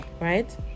right